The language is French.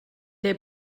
est